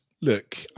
look